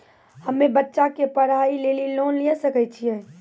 हम्मे बच्चा के पढ़ाई लेली लोन लिये सकय छियै?